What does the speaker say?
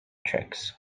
tricks